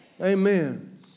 Amen